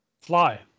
Fly